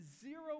zero